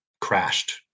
crashed